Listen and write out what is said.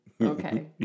Okay